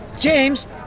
James